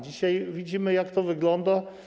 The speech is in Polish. Dzisiaj widzimy, jak to wygląda.